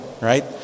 right